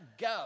go